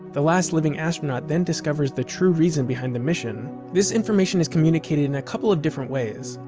the last living astronaut then discovers the true reason behind the mission. this information is communicated in a couple of different ways.